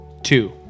Two